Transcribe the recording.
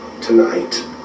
tonight